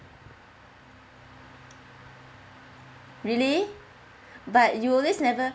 really but you always never